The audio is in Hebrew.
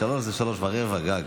שלוש זה שלוש ורבע גג.